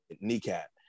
kneecap